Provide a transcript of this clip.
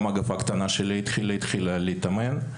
גם הקטנה שלי התחילה להתאמן,